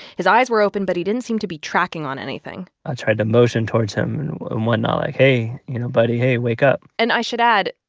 his eyes were open, but he didn't seem to be tracking on anything i tried to motion towards him and whatnot like, hey. you know, buddy, hey, wake up and i should add,